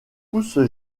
pousse